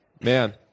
man